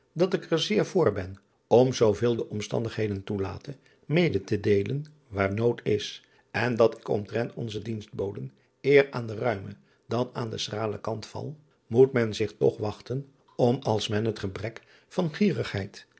dat ik er zeen voor ben om zooveel de omstandigheden toelaten mede te deelen waar nood is en dat ik omtrent onze dienstboden eer aan den ruimen dan aan den schralen kant val moet men zich toch wachten om als men het gebrek van